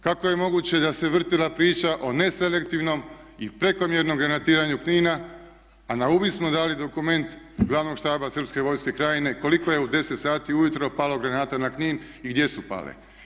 Kako je moguće da se vrtjela priča o neselektivnom i prekomjernom granatiranju Knina a na uvid smo dali dokument Glavnog štaba srpske vojske Krajine koliko je u 10 sati ujutro palo granata na Knin i gdje su pale.